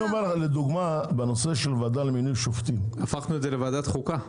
בנושא של ועדה למינוי שופטים --- הפכנו את הישיבה כאן לוועדת חוקה.